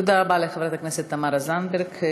תודה רבה לחברת הכנסת תמר זנדברג.